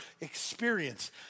experience